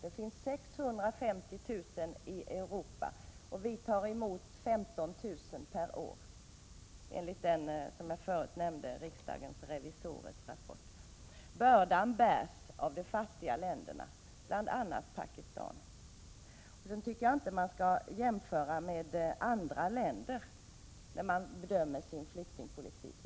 Det finns 650 000 i Europa. Vi tar emot 15 000 per år enligt riksdagens revisorers rapport. Bördan bärs av de fattiga länderna, bl.a. Pakistan. Då tycker jag inte att man skall jämföra med andra länder när man bedömer sin flyktingpolitik.